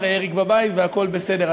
הרי אריק בבית והכול בסדר.